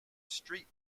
street